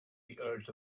earth